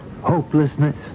Hopelessness